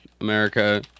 America